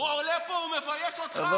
הוא עולה פה ומבייש אותך, לא אותי.